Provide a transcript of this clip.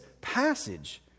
passage